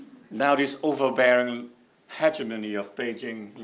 now this overbearing hegemony of beijing,